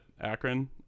Akron